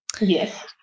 Yes